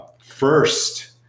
first